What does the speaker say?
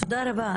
תודה רבה.